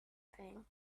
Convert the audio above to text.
thing